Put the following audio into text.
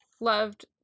loved